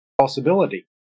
possibility